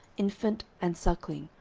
infant and suckling,